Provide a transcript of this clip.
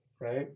right